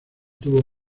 tuvo